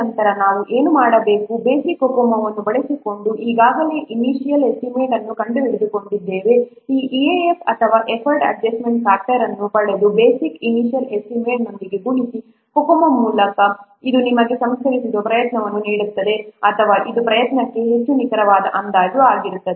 ನಂತರ ನಾವು ಏನು ಮಾಡಬೇಕು ಬೇಸಿಕ್ COCOMO ಅನ್ನು ಬಳಸಿಕೊಂಡು ನಾವು ಈಗಾಗಲೇ ಇನಿಷ್ಯಲ್ ಎಸ್ಟಿಮೇಟ್ಅನ್ನು ಕಂಡುಕೊಂಡಿದ್ದೇವೆ ಈ ಇಎಎಫ್ ಅಥವಾ ಎಫರ್ಟ್ ಅಡ್ಜಸ್ಟ್ಮೆಂಟ್ ಫ್ಯಾಕ್ಟರ್ ಅನ್ನು ಪಡೆದ ಬೇಸಿಕ್ ಇನಿಷ್ಯಲ್ ಎಸ್ಟಿಮೇಟ್ನೊಂದಿಗೆ ಗುಣಿಸಿ ಬೇಸಿಕ್ COCOMO ಮೂಲಕ ಇದು ನಿಮಗೆ ಸಂಸ್ಕರಿಸಿದ ಪ್ರಯತ್ನವನ್ನು ನೀಡುತ್ತದೆ ಅಥವಾ ಇದು ಪ್ರಯತ್ನಕ್ಕೆ ಹೆಚ್ಚು ನಿಖರವಾದ ಅಂದಾಜು ಆಗಿರುತ್ತದೆ